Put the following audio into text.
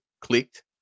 clicked